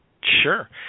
Sure